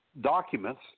documents